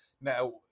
Now